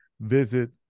visit